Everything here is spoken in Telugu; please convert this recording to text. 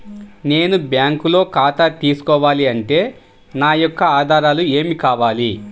నేను బ్యాంకులో ఖాతా తీసుకోవాలి అంటే నా యొక్క ఆధారాలు ఏమి కావాలి?